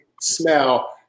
smell